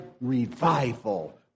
revival